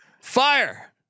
Fire